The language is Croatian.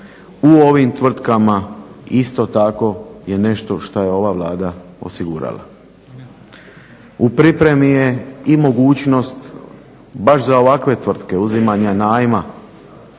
u ovim tvrtkama isto tako je nešto što je ova Vlada osigurala. U pripremi je i mogućnost baš za ovakve tvrtke uzimanja najma